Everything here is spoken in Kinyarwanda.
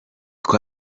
com